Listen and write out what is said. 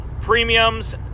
premiums